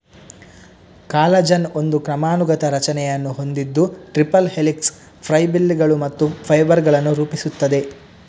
collagen ಒಂದು ಕ್ರಮಾನುಗತ ರಚನೆಯನ್ನು ಹೊಂದಿದ್ದು ಟ್ರಿಪಲ್ ಹೆಲಿಕ್ಸ್, ಫೈಬ್ರಿಲ್ಲುಗಳು ಮತ್ತು ಫೈಬರ್ ಗಳನ್ನು ರೂಪಿಸುತ್ತದೆ